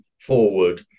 forward